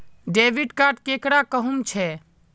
Debit card केकरा कहुम छे?